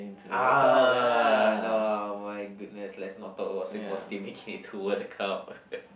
ah no my goodness let's not talk about Singapore's team making it into World Cup